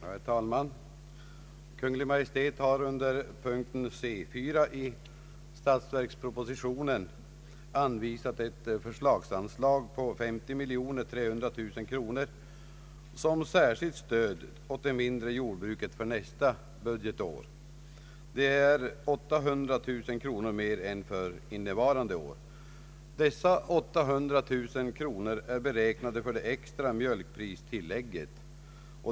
Herr talman! Kungl. Maj:t har under punkten C 4 i statsverkspropositio nen anvisat ett förslagsanslag på 50 300 000 kronor såsom särskilt stöd åt det mindre jordbruket för nästa budgetår, vilket är 800 000 kronor mer än för innevarande budgetår. Dessa 800 000 kronor är beräknade för det extra mjölkpristillägget.